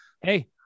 Hey